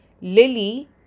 Lily